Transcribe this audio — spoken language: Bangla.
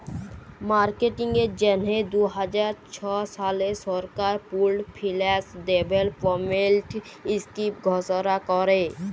মার্কেটিংয়ের জ্যনহে দু হাজার ছ সালে সরকার পুল্ড ফিল্যাল্স ডেভেলপমেল্ট ইস্কিম ঘষলা ক্যরে